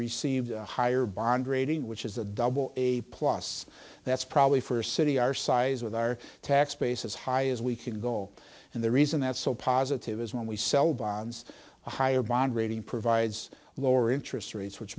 received a higher bond rating which is a double a plus that's probably for a city our size with our tax base as high as we can go and the reason that's so positive is when we sell bonds a higher bond rating provides lower interest rates which